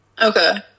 Okay